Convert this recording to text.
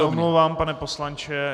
Omlouvám se, pane poslanče.